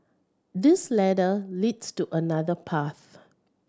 this ladder leads to another path